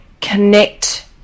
connect